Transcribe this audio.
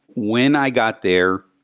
when i got there,